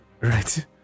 Right